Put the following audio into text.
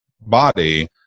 body